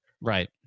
Right